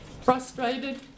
frustrated